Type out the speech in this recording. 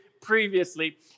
previously